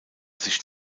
sich